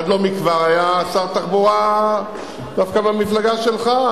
עד לא מכבר היה שר תחבורה דווקא מהמפלגה שלך,